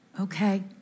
Okay